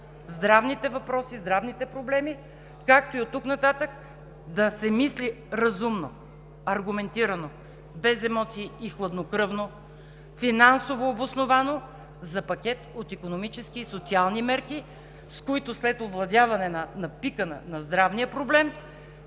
здравните въпроси, здравните проблеми, както и оттук нататък да се мисли разумно, аргументирано, без емоции и хладнокръвно, финансово обосновано за пакет от икономически и социални мерки, с които след овладяване на пика на здравния проблем,